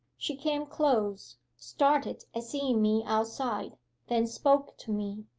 she came close started at seeing me outside then spoke to me.